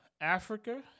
Africa